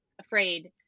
afraid